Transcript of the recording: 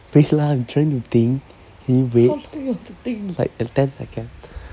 wait lah I'm trying to think can you wait like ten seconds